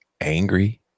angry